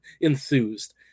enthused